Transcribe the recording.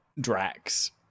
Drax